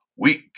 Week